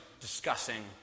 discussing